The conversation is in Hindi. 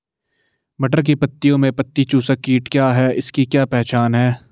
मटर की पत्तियों में पत्ती चूसक कीट क्या है इसकी क्या पहचान है?